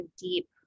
deep